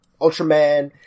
Ultraman